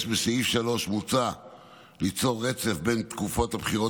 בסעיף 3 מוצע ליצור רצף בין תקופות הבחירות,